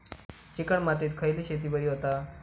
Chicken मातीत खयली शेती बरी होता?